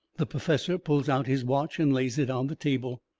the perfessor pulls out his watch and lays it on the table.